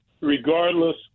regardless